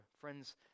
Friends